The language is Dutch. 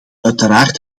uiteraard